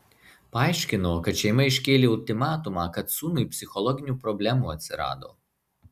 paaiškino kad šeima iškėlė ultimatumą kad sūnui psichologinių problemų atsirado